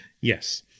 Yes